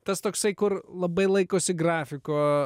tas toksai kur labai laikosi grafiko